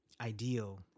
ideal